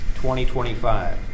2025